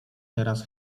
teraz